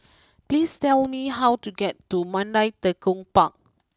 please tell me how to get to Mandai Tekong Park